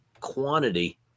quantity